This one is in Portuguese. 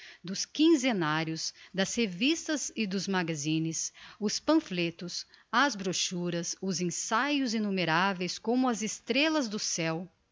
dos quinzenarios das revistas e dos magazines os pamphletos as brochuras os ensaios inumeraveis como as estrellas do céo